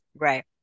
Right